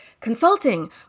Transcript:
consulting